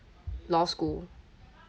law school